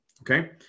Okay